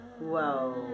Whoa